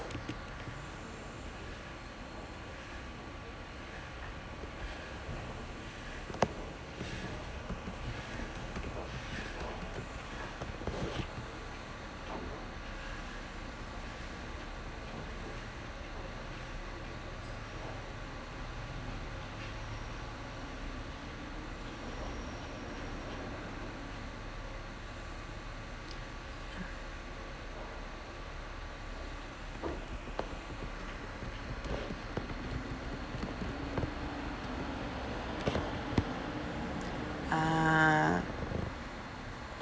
ah